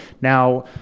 Now